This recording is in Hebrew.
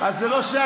זה לא,